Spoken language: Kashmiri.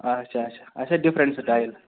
اچھا اچھا اچھا ڈِفرَنٛٹ سٕٹایل